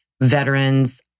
veterans